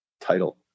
title